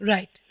Right